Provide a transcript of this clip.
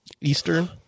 Eastern